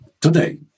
today